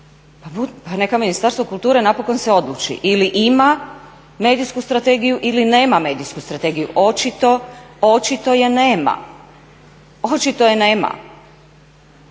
Pa neka Ministarstvo kulture napokon se odluči ili ima medijsku strategiju ili nema medijsku strategiju. Očito je nema. Dakle osnovali